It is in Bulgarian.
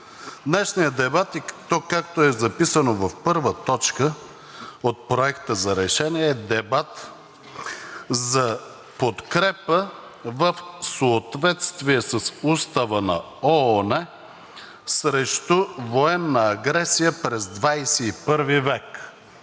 Днешният дебат, и то както е записано в първа точка от Проекта за решение, е: дебат за подкрепа в съответствие с Устава на ООН срещу военна агресия през XXI век